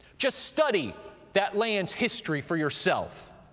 just study that land's history for yourself.